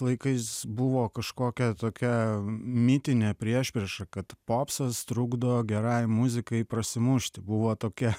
laikais buvo kažkokia tokia mitinė priešprieša kad popsas trukdo gerai muzikai prasimušti buvo tokia